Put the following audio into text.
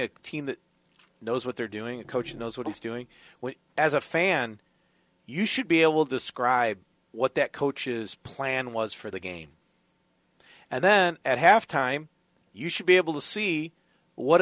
a team that knows what they're doing a coach knows what he's doing well as a fan you should be able describe what that coaches plan was for the game and then at half time you should be able to see what